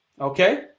okay